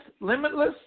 limitless